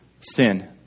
sin